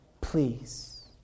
please